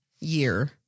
year